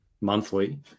monthly